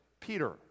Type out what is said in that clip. Peter